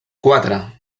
quatre